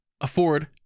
afford